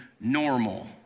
normal